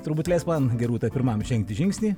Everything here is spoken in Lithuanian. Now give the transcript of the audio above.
turbūt leisk man gi rūta pirmam žengti žingsnį